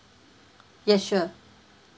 yes sure